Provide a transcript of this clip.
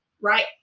right